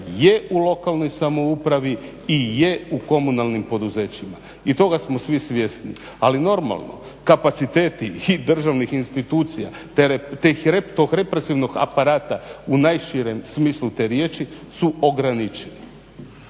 je u lokalnoj samoupravi i je u komunalnim poduzećima i toga smo svi svjesni. Ali normalno, kapaciteti i državnih institucija, tog represivnog aparata u najširem smislu te riječi su ograničeni.